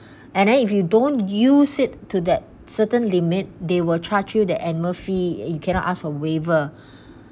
and then if you don't use it to that certain limit they will charge you that annual fee you cannot ask for waiver